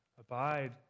abide